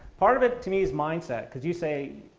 part of it, to me, is mindset because you say,